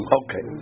okay